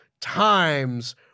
times